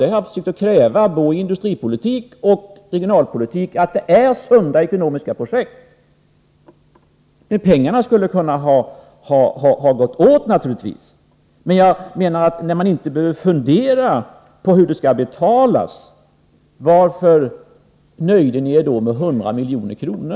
Jag har försökt kräva av vår industripolitik och regionalpolitik att de bara skall omfatta ekonomiskt sunda projekt, men pengarna skulle naturligtvis ha kunnat gå åt. När ni inte behöver fundera över hur det skall betalas, varför nöjde ni er då med 100 milj.kr.?